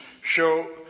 show